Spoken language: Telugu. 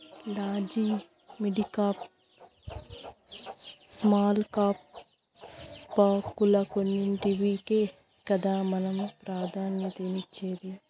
లాడ్జి, మిడికాప్, స్మాల్ కాప్ స్టాకుల్ల కొన్నింటికే కదా మనం ప్రాధాన్యతనిచ్చేది